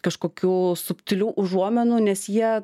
kažkokių subtilių užuominų nes jie